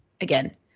again